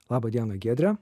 laba diena giedre